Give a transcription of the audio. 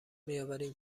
میآوریم